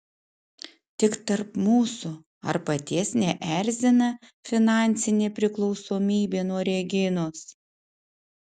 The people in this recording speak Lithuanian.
tik tarp mūsų ar paties neerzina finansinė priklausomybė nuo reginos